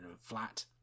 flat